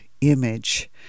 image